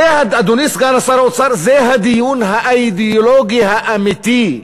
אדוני סגן שר האוצר, זה הדיון האידיאולוגי האמיתי.